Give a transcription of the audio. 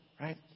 right